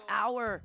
hour